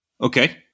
Okay